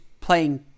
playing